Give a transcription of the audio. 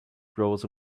grows